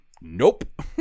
nope